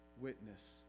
witness